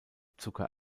zucker